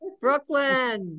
Brooklyn